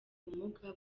ubumuga